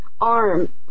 arm